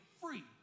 free